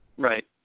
Right